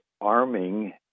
arming